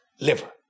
liver